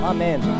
Amen